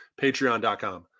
Patreon.com